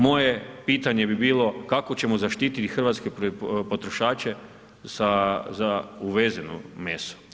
Moje pitanje bi bilo kako ćemo zaštiti hrvatske potrošače sa za uvezeno meso?